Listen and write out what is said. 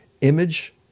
image